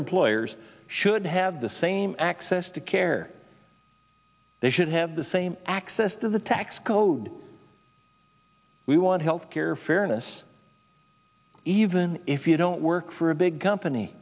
employers should have the same access to care they should have the same access to the tax code we want health care fairness even if you don't work for a big company